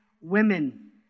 women